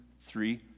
three